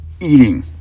eating